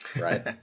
Right